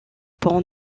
pont